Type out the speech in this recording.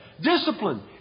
Discipline